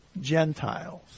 Gentiles